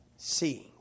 Seeing